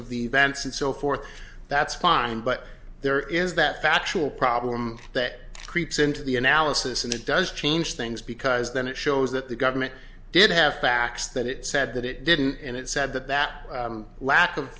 and so forth that's fine but there is that factual problem that creeps into the analysis and it does change things because then it shows that the government did have facts that it said that it didn't and it said that that lack of